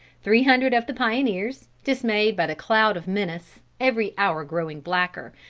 three hundred of the pioneers, dismayed by the cloud of menace, every hour growing blacker,